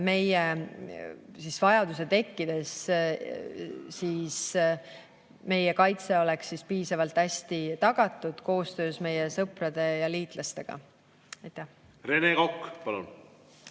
juhul vajaduse tekkides meie kaitse oleks piisavalt hästi tagatud koostöös meie sõprade ja liitlastega. Rene Kokk, palun!